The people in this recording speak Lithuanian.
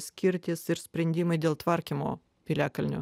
skirtis ir sprendimai dėl tvarkymo piliakalnių